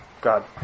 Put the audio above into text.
God